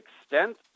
extent